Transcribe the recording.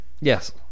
Yes